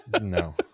No